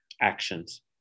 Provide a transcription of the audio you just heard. actions